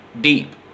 deep